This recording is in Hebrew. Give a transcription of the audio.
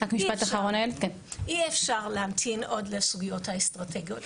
אי אפשר להמתין עוד לסוגיות האסטרטגיות,